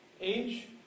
age